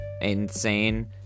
insane